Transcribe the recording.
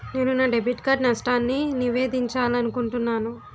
నేను నా debit card నష్టాన్ని నివేదించాలనుకుంటున్నాను